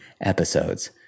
episodes